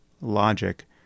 logic